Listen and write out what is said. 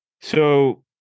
So-